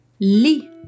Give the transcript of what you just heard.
Li